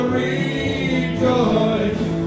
rejoice